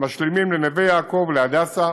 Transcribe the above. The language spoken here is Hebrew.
משלימים לנווה יעקב, להדסה,